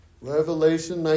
Revelation